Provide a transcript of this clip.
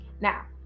Now